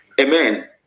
Amen